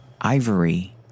ivory